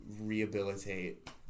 rehabilitate